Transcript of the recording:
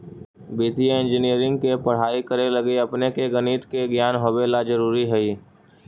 वित्तीय इंजीनियरिंग के पढ़ाई करे लगी अपने के गणित के ज्ञान होवे ला जरूरी हई